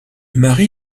mari